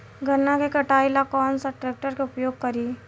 गन्ना के कटाई ला कौन सा ट्रैकटर के उपयोग करी?